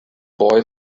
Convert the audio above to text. boy